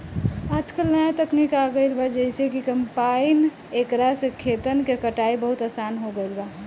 आजकल न्या तकनीक आ गईल बा जेइसे कि कंपाइन एकरा से खेतन के कटाई बहुत आसान हो गईल बा